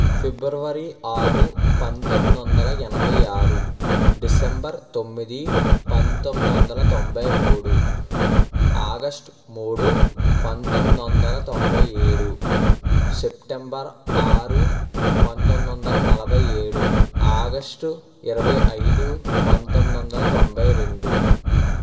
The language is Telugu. ఫిబ్రవరి ఆరు పంతొమ్మిది వందల ఎనభై ఆరు డిసెంబర్ తొమ్మిది పంతొమ్మిది వందల తొంభై మూడు ఆగస్ట్ మూడు పంతొమ్మిది వందల తొంభై ఏడు సెప్టెంబర్ ఆరు పంతొమ్మిది వందల నలభై ఏడు ఆగస్టు ఇరవై ఐదు పంతొమ్మిది వందల తొంభై రెండు